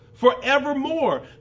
forevermore